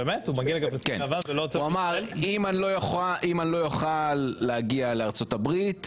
הוא אמר: אם אני לא אוכל להגיע לארצות הברית,